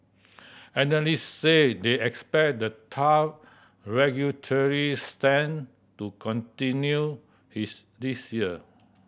analyst say they expect the tough regulatory stand to continue his this year